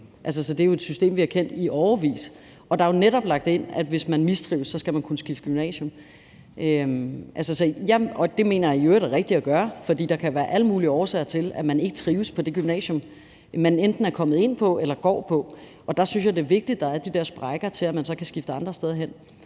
det er jo et system, vi har kendt i årevis, og der er jo netop lagt ind, at hvis man mistrives, skal man kunne skifte gymnasium. Det mener jeg i øvrigt er rigtigt at gøre, for der kan være alle mulige årsager til, at man ikke trives på det gymnasium, man enten er kommet ind på eller går på. Der synes jeg, det er vigtigt, at der er de der sprækker til, at man så kan skifte andre steder hen.